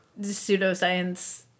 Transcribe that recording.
pseudoscience